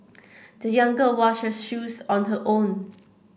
the young girl washed her shoes on her own